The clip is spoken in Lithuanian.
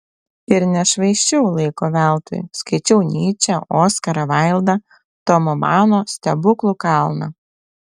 ir nešvaisčiau laiko veltui skaičiau nyčę oskarą vaildą tomo mano stebuklų kalną